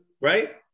right